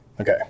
Okay